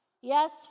Yes